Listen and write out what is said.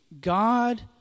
God